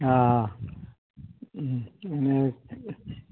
હા અને